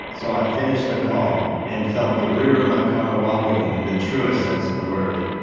so, i finished the call and felt the rear of my car wobbling in the truest sense of the word.